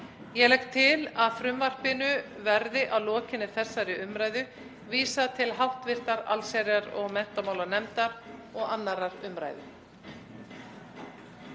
Ég legg til að frumvarpinu verði að lokinni þessari umræðu vísað til hv. allsherjar- og menntamálanefndar og 2. umræðu.